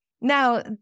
Now